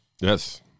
Yes